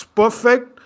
perfect